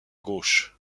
gauche